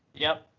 yep.